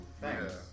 Thanks